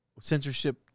censorship